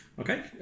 Okay